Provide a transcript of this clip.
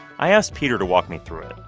i asked peter to walk me through it.